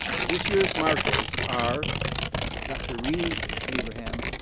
this year's marshals are dr. reeni abraham,